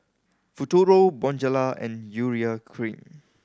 Futuro Bonjela and Urea Cream